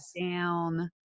down